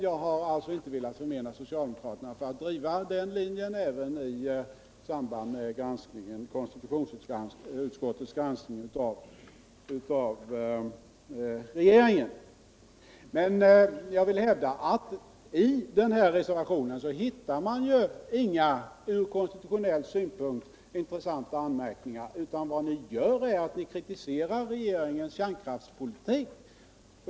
Jag har inte velat förmena socialdemokraterna att driva den linjen även i samband med konstitutionsutskottets granskning av regeringen, men jag vill hävda att man i den här reservationen inte hittar några från konstitutionell synpunkt intressanta anmärkningar, utan vad ni gör är att ni kritiserar regeringens kärnkraftspolitik.